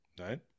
Right